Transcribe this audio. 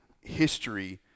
history